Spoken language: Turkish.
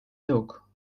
yok